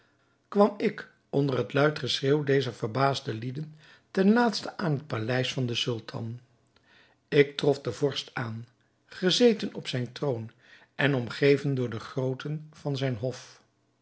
kwam ik onder het luid geschreeuw dezer verbaasde lieden ten laatste aan het paleis van den sultan ik trof den vorst aan gezeten op zijn troon en omgeven door de grooten van zijn hof